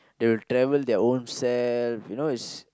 if you travel your ownself you know is